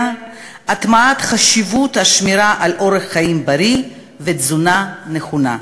והטמעת חשיבות השמירה על אורח חיים בריא ותזונה נכונה.